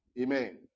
Amen